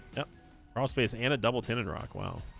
yep crawl space and a double tinted rock well